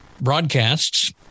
broadcasts